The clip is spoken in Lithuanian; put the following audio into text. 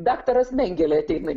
daktaras mengelė ateina į